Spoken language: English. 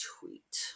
tweet